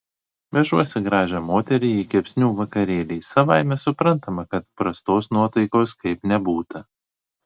vežuosi gražią moterį į kepsnių vakarėlį savaime suprantama kad prastos nuotaikos kaip nebūta